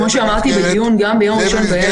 כמו שאמרתי גם בדיון ביום ראשון בערב,